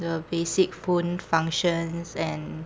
the basic phone functions and